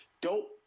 dope